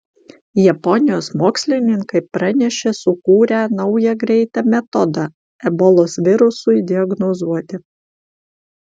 japonijos mokslininkai pranešė sukūrę naują greitą metodą ebolos virusui diagnozuoti